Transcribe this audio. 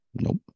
Nope